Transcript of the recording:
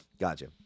Gotcha